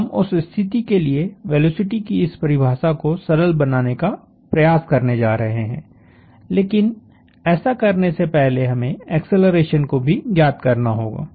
तो हम उस स्थिति के लिए वेलोसिटी की इस परिभाषा को सरल बनाने का प्रयास करने जा रहे हैं लेकिन ऐसा करने से पहले हमें एक्सेलरेशन को भी ज्ञात करना होगा